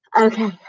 Okay